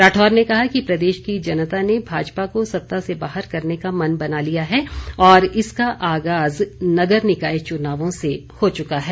राठौर ने कहा कि प्रदेश की जनता ने भाजपा को सत्ता से बाहर करने का मन बना लिया है और इसका आगाज नगर निकाय चुनावों से हो चुका है